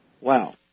Wow